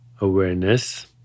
awareness